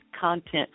content